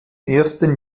ersten